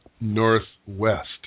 northwest